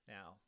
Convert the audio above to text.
Now